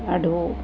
ॾाढो